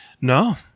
No